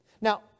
Now